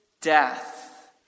death